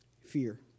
fear